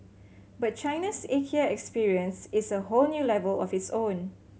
but China's Ikea experience is a whole new level of its own